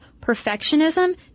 perfectionism